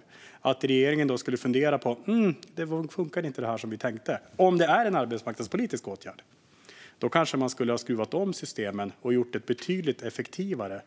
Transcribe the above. Då hade man ju önskat att regeringen skulle fundera över det: Detta funkar inte som vi tänkt. Om det är en arbetsmarknadspolitisk åtgärd skulle man kanske skruva om systemen och göra ett betydligt effektivare